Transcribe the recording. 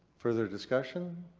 further discussion?